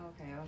okay